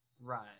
Right